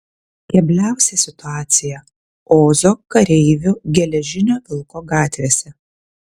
kebliausia situacija ozo kareivių geležinio vilko gatvėse